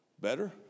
better